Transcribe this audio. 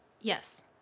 Yes